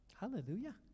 Hallelujah